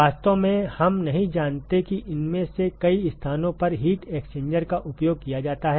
वास्तव में हम नहीं जानते कि इनमें से कई स्थानों पर हीट एक्सचेंजर का उपयोग किया जाता है